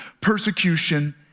persecution